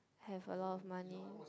have a lot of money